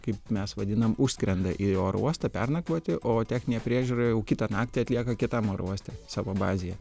kaip mes vadinam užskrenda į oro uostą pernakvoti o techninę priežiūrą jau kitą naktį atlieka kitam oro uoste savo bazėje